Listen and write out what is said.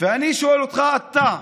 שואל אותך: אתה,